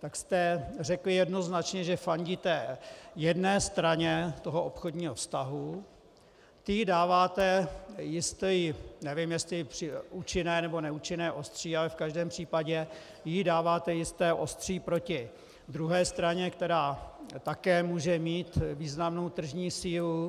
tak jste řekli jednoznačně, že fandíte jedné straně toho obchodního vztahu, tím jí dáváte jisté nevím, jestli účinné, nebo neúčinné ostří, ale v každém případě jí dáváte jisté ostří proti druhé straně, která také může mít významnou tržní sílu.